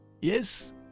Yes